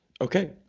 Okay